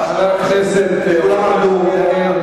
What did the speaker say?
חבר הכנסת אורבך,